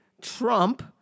Trump